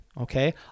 okay